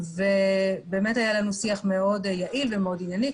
היה לנו שיח יעיל מאוד וענייני מאוד,